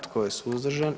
Tko je suzdržan?